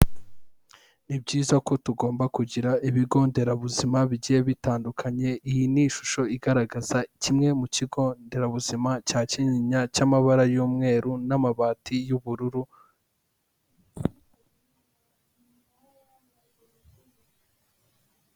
Ni byiza ko tugomba kugira ibigonderabuzima bigiye bitandukanye. Iyi ni ishusho igaragaza kimwe mu kigonderabuzima cya Kinyinya cy'amabara y'umweru, n'amabati y'ubururu.